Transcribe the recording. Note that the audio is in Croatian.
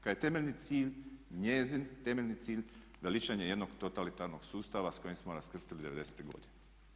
Kad je temeljni cilj, njezin temeljni cilj, veličanje jednog totalitarnog sustava s kojim smo raskrstili '90. godine.